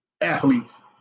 athletes